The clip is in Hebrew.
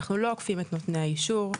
אנחנו לא עוקפים את נותני האישור.